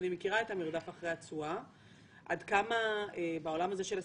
אני מכירה את המרדף אחרי התשואה בעולם הזה של הסיכון.